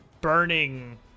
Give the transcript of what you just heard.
burning